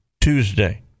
Tuesday